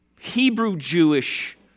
Hebrew-Jewish